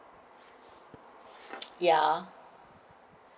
ya